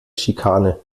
schikane